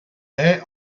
est